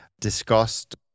discussed